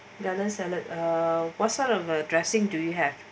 garden salad what sort of addressing do you have